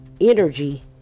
energy